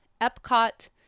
Epcot